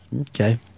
Okay